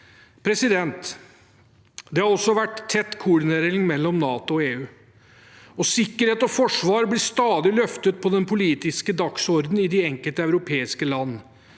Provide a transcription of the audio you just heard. soneadgang. Det har også vært tett koordinering mellom NATO og EU, og sikkerhet og forsvar blir stadig løftet på den politiske dagsordenen i de enkelte europeiske land.